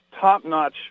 top-notch